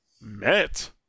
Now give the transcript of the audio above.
met